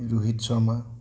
Rohit Sharma